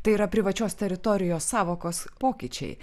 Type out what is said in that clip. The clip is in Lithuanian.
tai yra privačios teritorijos sąvokos pokyčiai